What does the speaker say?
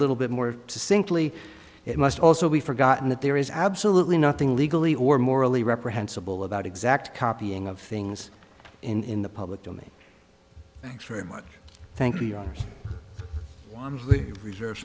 little bit more simply it must also be forgotten that there is absolutely nothing legally or morally reprehensible about exact copying of things in the public domain thanks very much thank you reserve